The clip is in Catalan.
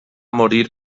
morir